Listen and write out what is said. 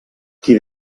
qui